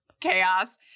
Chaos